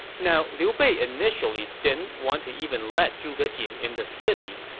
now, liu bei initially didn't want to even let zhuge jin in the city,